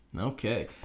okay